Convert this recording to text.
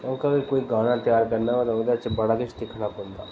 ते अगर कोई गाना त्यार करना होऐ ते ओह्दे च बड़ा किश दिक्खना पौंदा